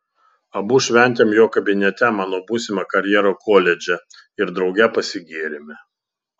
abu šventėm jo kabinete mano būsimą karjerą koledže ir drauge pasigėrėme